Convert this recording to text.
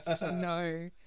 No